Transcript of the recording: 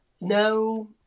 no